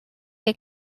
que